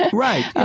and right? right.